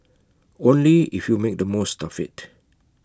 only if you make the most of IT